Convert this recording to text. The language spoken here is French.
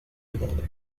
déborder